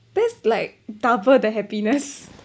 that’s like double the happiness